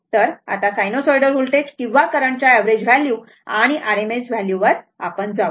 तर आता sinusoidal voltage किंवा करंट च्या एवरेज व्हॅल्यू आणि RMS व्हॅल्यू वर जाऊ